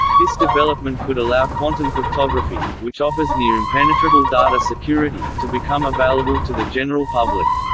this development could allow quantum cryptography, which offers near-impenetrable data security, to become available to the general public.